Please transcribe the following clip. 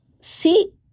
See